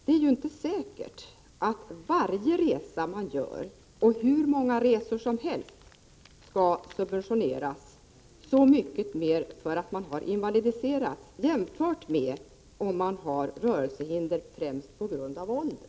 Det är ju inte säkert att varje resa man gör eller hur många resor som helst skall subventioneras mycket mer därför att man har invalidiserats jämfört med om man har rörelsehinder främst på grund av ålder.